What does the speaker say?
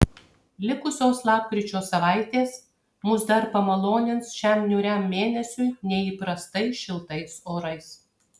likusios lapkričio savaitės mus dar pamalonins šiam niūriam mėnesiui neįprastai šiltais orais